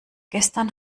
gestern